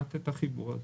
מונעות את החיבור הזה,